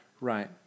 Right